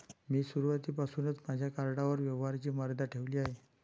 मी सुरुवातीपासूनच माझ्या कार्डवर व्यवहाराची मर्यादा ठेवली आहे